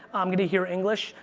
i'm going to hear english,